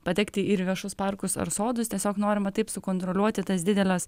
patekti ir į viešus parkus ar sodus tiesiog norima taip sukontroliuoti tas dideles